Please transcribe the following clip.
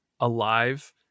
alive